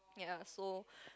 ya so